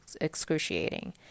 excruciating